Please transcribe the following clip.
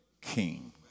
king